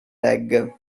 reggae